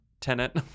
tenant